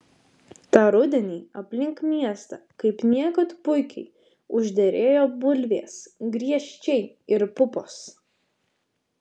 tą rudenį aplink miestą kaip niekad puikiai užderėjo bulvės griežčiai ir pupos